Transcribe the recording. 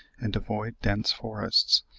and avoiding dense forests,